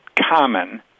common